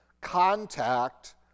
contact